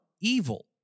evil